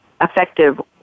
effective